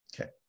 Okay